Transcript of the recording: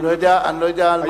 אני לא יודע על מה אתה,